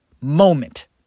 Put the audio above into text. moment